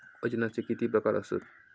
वजनाचे किती प्रकार आसत?